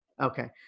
Okay